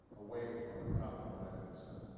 away from compromise in the center.